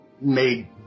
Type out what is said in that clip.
made